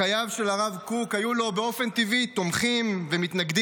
בחייו של הרב קוק היו לו באופן טבעי תומכים ומתנגדים.